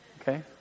Okay